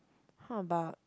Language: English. how about